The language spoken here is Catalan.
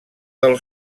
del